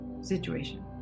situation